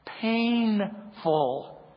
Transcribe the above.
Painful